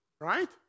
right